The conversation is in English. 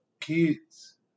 kids